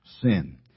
sin